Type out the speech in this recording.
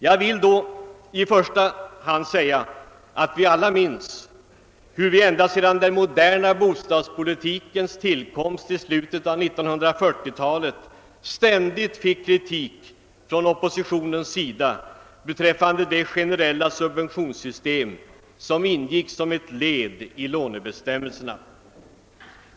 Jag vill då säga att alla väl minns hur vi ända sedan den moderna bostadspolitikens tillkomst i slutet på 1940-talet ständigt har fått kritik från oppositionen rörande det generella subventionssystem som ingick som ett led i lånebestämmelserna.